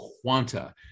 quanta